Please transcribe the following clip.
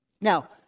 Now